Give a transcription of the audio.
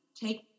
take